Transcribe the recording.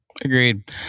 agreed